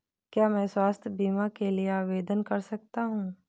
क्या मैं स्वास्थ्य बीमा के लिए आवेदन कर सकता हूँ?